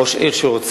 ראש עיר שרוצה